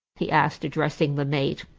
he asked, addressing the mate.